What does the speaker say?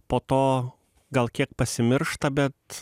po to gal kiek pasimiršta bet